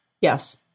Yes